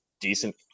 decent